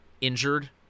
injured